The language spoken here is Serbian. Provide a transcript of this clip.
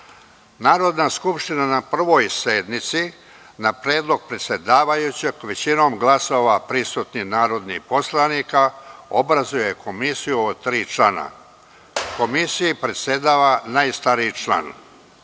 (konstitutivnoj) sednici, na predlog predsedavajućeg, većinom glasova prisutnih narodnih poslanika, obrazuje komisiju od tri člana. Komisiji predsedava najstariji